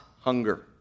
hunger